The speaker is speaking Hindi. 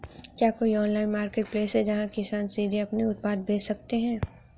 क्या कोई ऑनलाइन मार्केटप्लेस है जहां किसान सीधे अपने उत्पाद बेच सकते हैं?